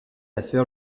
affaire